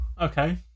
Okay